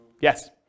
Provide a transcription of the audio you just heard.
Yes